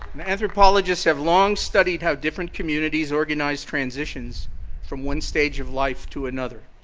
and anthropologists have long studied how different communities organize transitions from one stage of life to another.